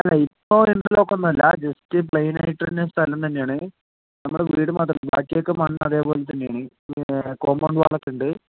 അല്ല ഇപ്പോൾ ഇൻ്റർലോക്കൊന്നു അല്ല ജസ്റ്റ് പ്ലെയിനായിട്ടെന്നെ സ്ഥലം തന്നെയാണ് നമ്മുടെ വീട് മാതിരി ബാക്കിയൊക്കെ മണ്ണ് അതേ പോലെ തന്നെയാണ് പിന്നെ ആ കോമ്പോണ്ട് വാളൊക്കെ ഉണ്ട്